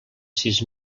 sis